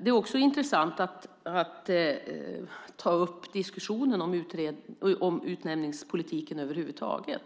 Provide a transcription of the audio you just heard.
Det är också intressant att ta upp diskussionen om utnämningspolitiken över huvud taget.